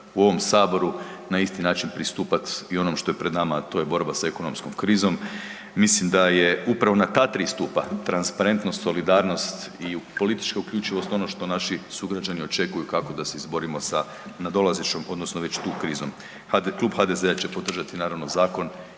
u ovom Saboru, na isti način pristupati i onom što je pred nama, a to je borba s ekonomskom krizom. Mislim da je upravo na ta tri stupa, transparentnost, solidarnost i politička uključivost, ono što naši sugrađani očekuju kako da se izborimo sa nadolazećom, odnosno već tu, krizom. Klub HDZ-a će podržati, naravno, zakon